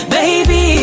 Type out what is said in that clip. Baby